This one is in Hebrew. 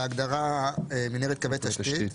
בהגדרה מינהלת קווי תשתית,